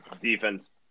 defense